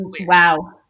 Wow